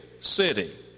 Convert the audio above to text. city